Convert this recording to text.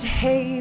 hey